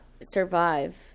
survive